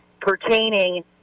pertaining